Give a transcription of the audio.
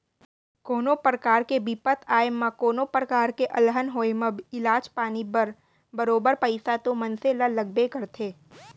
कोनो परकार के बिपत आए म कोनों प्रकार के अलहन होय म इलाज पानी बर बरोबर पइसा तो मनसे ल लगबे करथे